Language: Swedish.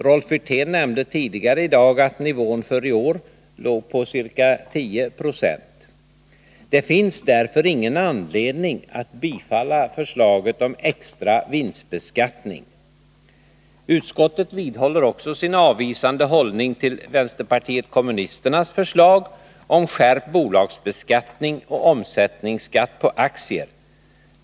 Rolf Wirtén nämnde tidigare i dag att nivån för i år ligger vid ca 10 96. Det finns därför ingen anledning att bifalla förslaget om extra vinstbeskattning. Utskottet vidhåller också sin avvisande hållning till vpk:s förslag om skärpt bolagsbeskattning och omsättningsskatt på aktier.